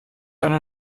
eine